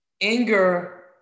Anger